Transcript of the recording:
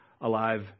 alive